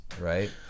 right